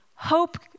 Hope